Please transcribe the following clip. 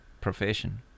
profession